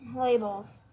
labels